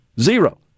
Zero